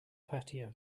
patio